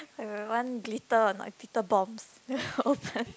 I will want glitter on my Peter bombs open